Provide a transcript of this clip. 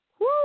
Woo